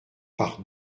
par